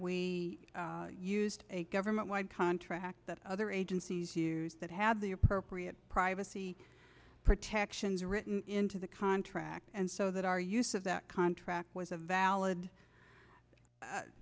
we used a government wide contract that other agencies that had the appropriate privacy protections written into the contract and so that our use of that contract was a valid